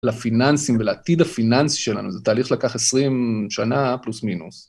לפיננסים ולעתיד הפיננסי שלנו, זה תהליך שלקח עשרים שנה, פלוס מינוס.